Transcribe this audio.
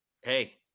hey